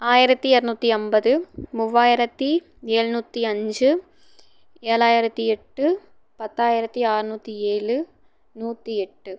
ஆயிரத்தி இரநூத்தி ஐம்பது மூவாயிரத்தி எழ்நூத்தி அஞ்சு ஏழாயிரத்தி எட்டு பத்தாயிரத்தி அறுநூத்தி ஏழு நூற்றி எட்டு